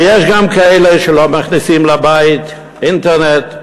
ויש גם כאלה שלא מכניסים לבית אינטרנט,